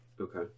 okay